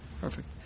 perfect